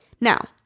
Now